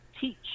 teach